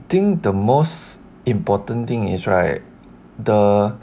think the most important thing is right the